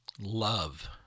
love